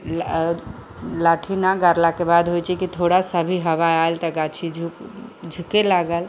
लाठी ना गारला के बाद होइ छै की थोड़ा सा भी हवा आयल तऽ गाछी झुके लागल